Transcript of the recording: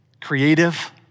creative